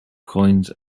coins